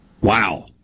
Wow